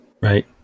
Right